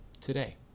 today